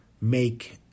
make